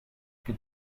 que